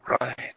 Right